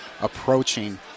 approaching